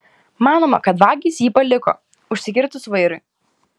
manoma kad vagys jį paliko užsikirtus vairui